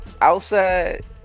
outside